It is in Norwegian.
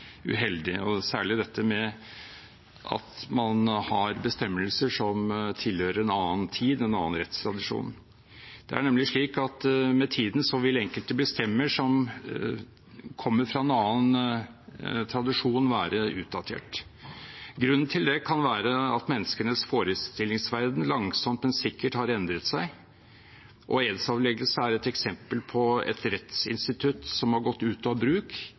særlig dette med at man har bestemmelser som tilhører en annen tid, en annen rettstradisjon. Det er nemlig slik at med tiden vil enkelte bestemmelser som kommer fra en annen tradisjon, være utdatert. Grunnen til det kan være at menneskenes forestillingsverden langsomt, men sikkert har endret seg. Edsavleggelse er et eksempel på et rettsinstitutt som har gått ut av bruk,